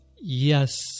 Yes